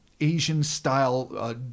Asian-style